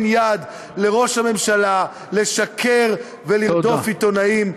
יד לראש הממשלה לשקר ולרדוף עיתונאים,